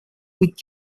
быть